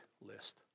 list